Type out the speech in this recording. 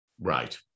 Right